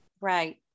Right